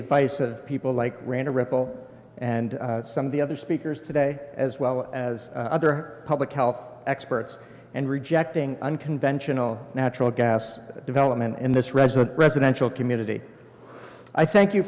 advice of people like rana ripple and some of the other speakers today as well as other public health experts and rejecting unconventional natural gas development in this reza residential community i thank you